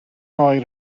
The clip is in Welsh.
oer